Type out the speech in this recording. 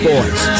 Boys